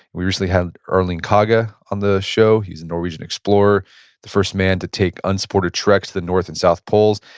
we recently had erling kagge and on the show he's a norwegian explorer the first man to take unsupported treks to the north and south poles,